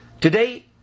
Today